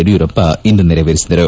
ಯಡಿಯೂರಪ್ಪ ಇಂದು ನೆರವೇರಿಸಿದರು